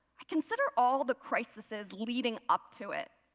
i consider all the crises leading up to it.